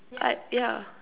I yeah